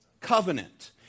Covenant